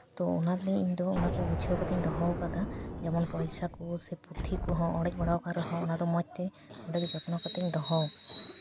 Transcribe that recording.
ᱛᱳ ᱚᱱᱟᱛᱮ ᱤᱧ ᱫᱚ ᱚᱱᱟ ᱠᱚ ᱜᱩᱪᱷᱟᱹᱣ ᱠᱟᱛᱮᱜ ᱤᱧ ᱫᱚᱦᱚ ᱠᱟᱫᱟ ᱡᱮᱢᱚᱱ ᱯᱚᱭᱥᱟ ᱠᱚ ᱥᱮ ᱯᱩᱛᱷᱤ ᱠᱚᱦᱚᱸ ᱚᱲᱮᱡ ᱵᱟᱲᱟ ᱟᱠᱟᱱ ᱨᱮᱦᱚᱸ ᱚᱱᱟ ᱫᱚ ᱢᱚᱡᱽ ᱛᱮ ᱚᱸᱰᱮᱜᱮ ᱡᱚᱛᱱᱚ ᱠᱟᱛᱮᱜ ᱤᱧ ᱫᱚᱦᱚ ᱟᱠᱟᱫᱟ